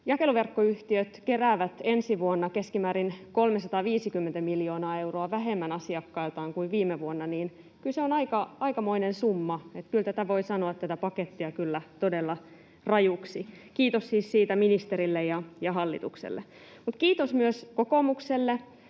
jakeluverkkoyhtiöt keräävät asiakkailtaan ensi vuonna keskimäärin 350 miljoonaa euroa vähemmän kuin viime vuonna, niin kyllä se on aikamoinen summa, eli kyllä tätä pakettia voi sanoa todella rajuksi. Kiitos siis siitä ministerille ja hallitukselle. Kiitos myös kokoomukselle